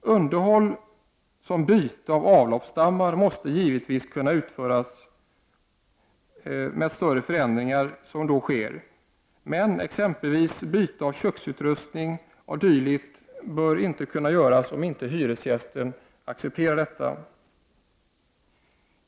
Underhåll såsom byte av avloppsstammar måste givetvis kunna utföras, men större förändringar såsom byte av t.ex. köksutrustning bör endast kunna göras om hyresgästen accepterar detta.